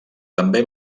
també